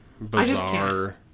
Bizarre